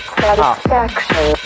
satisfaction